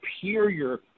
superior